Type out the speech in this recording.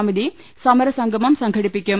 സ്മിതി സമരസംഗമം സംഘടിപ്പിക്കും